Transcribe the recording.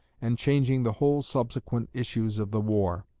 and changing the whole subsequent issues of the war.